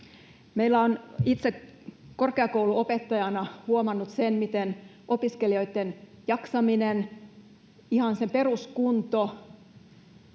summa. Itse korkeakouluopettajana olen huomannut sen, miten opiskelijoitten jaksaminen, ihan se peruskunto,